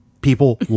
People